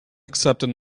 accepted